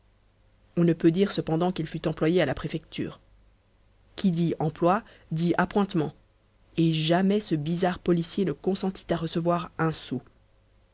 on ne peut dire cependant qu'il fût employé à la préfecture qui dit emploi dit appointements et jamais ce bizarre policier ne consentit à recevoir un sou